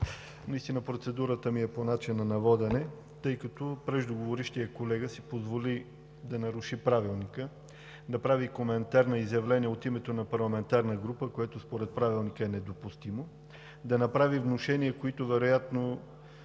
Наистина процедурата ми е по начина на водене, тъй като преждеговорившият колега си позволи да наруши Правилника и да прави коментар на изявления от името на парламентарна група. Това според Правилника е недопустимо. Направи внушения, които вероятно